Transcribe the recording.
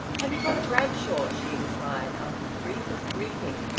have you got a bradshaw? she inquired, after the briefest greeting,